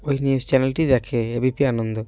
ওই নিউজ চ্যানেলটি দেখে এ বি পি আনন্দ